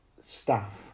staff